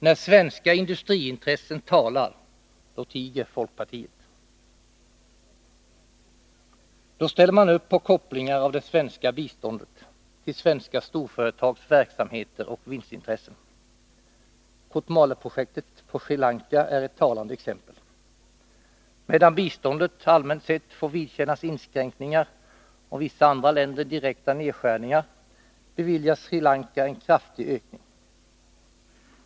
När svenska industriintressen talar, då tiger folkpartiet. Då ställer man upp på kopplingar av det svenska biståndet till svenska storföretags verksamheter och vinstintressen. Kotmaleprojektet på Sri Lanka är ett talande exempel. Medan biståndet allmänt sett får vidkännas inskränkningar och vissa andra länder direkta nedskärningar, beviljas Sri Lanka en kraftig ökning.